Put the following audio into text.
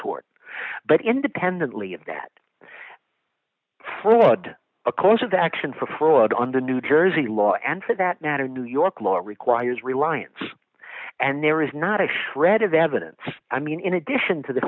tort but independently of that brought a culture that action for fraud under new jersey law and for that matter new york law requires reliance and there is not a shred of evidence i mean in addition to the